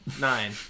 Nine